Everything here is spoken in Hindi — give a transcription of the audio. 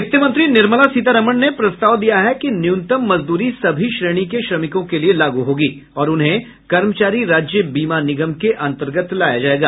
वित्तमंत्री निर्मला सीतारामन ने प्रस्ताव दिया है कि न्यूनतम मजदूरी सभी श्रेणी के श्रमिकों के लिए लागू होगी और उन्हें कर्मचारी राज्य बीमा निगम के अंतर्गत लाया जाएगा